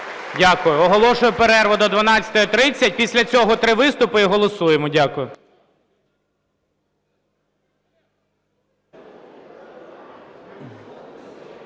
Дякую. Оголошую перерву до 12:30. Після цього три виступи - і голосуємо. Дякую.